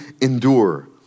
endure